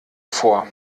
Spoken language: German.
vor